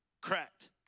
cracked